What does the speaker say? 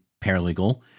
paralegal